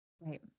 Right